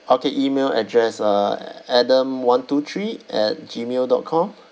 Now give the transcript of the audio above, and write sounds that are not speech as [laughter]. okay email address uh [noise] adam one two three at G mail dot com